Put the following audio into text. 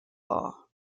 are